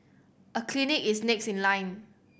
a clinic is next in line